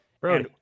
Bro